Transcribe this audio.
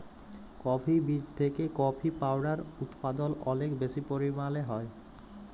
coffee বীজ থেকে coffee powder উদপাদল অলেক বেশি পরিমালে হ্যয়